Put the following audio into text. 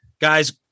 guys